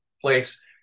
place